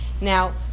Now